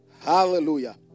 Hallelujah